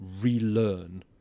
relearn